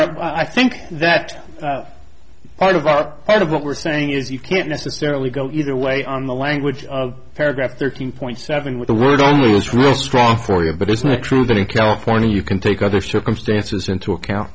know i think that part of our part of what we're saying is you can't necessarily go either way on the language of paragraph thirteen point seven with the word only was real strong for you but isn't it true that in california you can take other circumstances into account